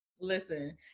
Listen